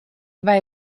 vai